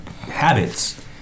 habits